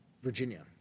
Virginia